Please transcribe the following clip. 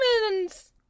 humans